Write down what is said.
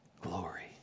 glory